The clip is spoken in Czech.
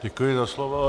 Děkuji za slovo.